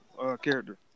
character